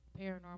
Paranormal